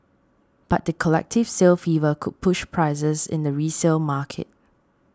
but the collective sale fever could push prices in the resale market